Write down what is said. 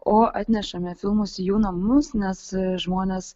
o atnešame filmus į jų namus nes žmonės